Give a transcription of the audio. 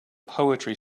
poetry